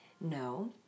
no